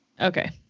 Okay